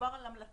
מדובר על המלצה.